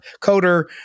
coder